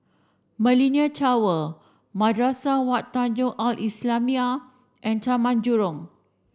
Millenia Tower Madrasah Wak Tanjong Al islamiah and Taman Jurong